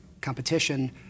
competition